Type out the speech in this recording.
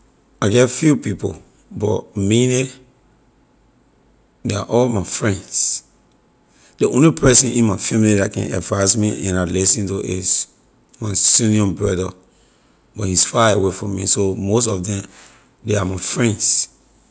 La jeh few people but mainly la all my friends ley only person in my family la can advise me and I listen to is my senior brother but he’s far way from me so most of them ley are my friends.